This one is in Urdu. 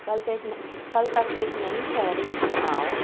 کل تک کل تک ایک نئی فہرست بناؤ